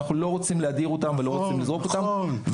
אנחנו לא רוצים להדיר ולזרוק אותם,